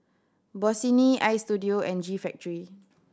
Bossini Istudio and G Factory